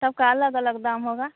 सबका अलग अलग दाम होगा